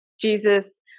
Jesus